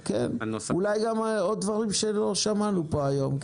אולי גם עוד דברים שלא שמענו פה היום.